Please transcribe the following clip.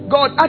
God